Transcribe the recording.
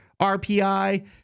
RPI